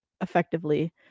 effectively